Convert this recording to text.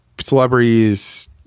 celebrities